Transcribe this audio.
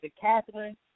Catherine